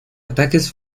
ataques